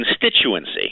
constituency